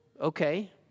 Okay